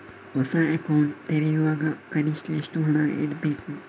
ಹೊಸ ಅಕೌಂಟ್ ತೆರೆಯುವಾಗ ಕನಿಷ್ಠ ಎಷ್ಟು ಹಣ ಇಡಬೇಕು?